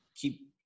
keep